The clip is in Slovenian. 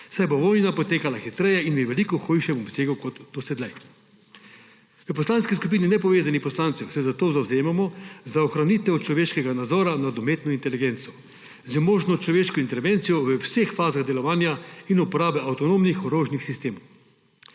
saj bo vojna potekala hitreje in v veliko hujšem obsegu kot do sedaj. V Poslanski skupini nepovezanih poslancev se zato zavzemamo za ohranitev človeškega nadzora nad umetno inteligenco z možno človeško intervencijo v vseh fazah delovanja in uporabe avtonomnih orožnih sistemov.